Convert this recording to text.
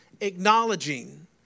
acknowledging